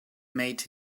made